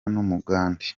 n’umugande